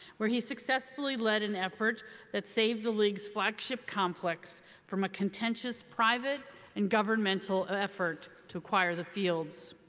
where he successfully led an effort that saved the league's flagship complex from a contentious private and governmental effort to acquire the fields.